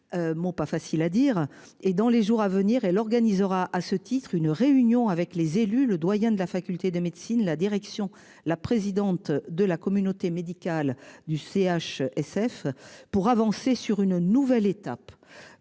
Mon pas facile à dire et dans les jours à venir, elle organisera à ce titre une réunion avec les élus, le doyen de la faculté de médecine, la direction, la présidente de la communauté médicale du CH SF pour avancer sur une nouvelle étape.